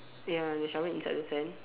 ya the shovel inside the sand